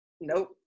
Nope